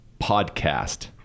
Podcast